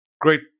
Great